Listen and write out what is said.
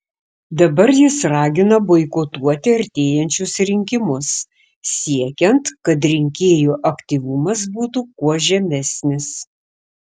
dabar jis ragina boikotuoti artėjančius rinkimus siekiant kad rinkėjų aktyvumas būtų kuo žemesnis